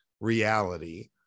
reality